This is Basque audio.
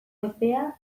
epea